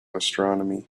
astronomy